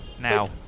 now